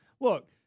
look